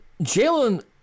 Jalen